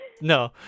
No